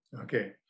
Okay